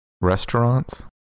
Restaurants